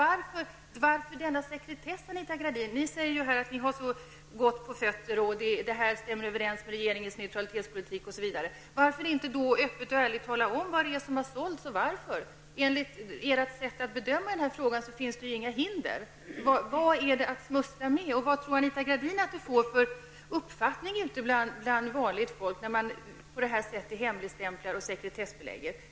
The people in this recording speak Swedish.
Anita Gradin säger ju att det här stämmer överens med regeringens neutralitetspolitik, osv. Varför kan regeringen då inte öppet och ärligt tala om vad det är som har sålts och varför? Enligt regeringens sätt att bedöma den här frågan finns det ju inga hinder. Varför då smussla med detta? Vilken uppfattning tror Anita Gradin att vanligt folk får när regeringen på det när sättet hemligstämplar och sekretessbelägger?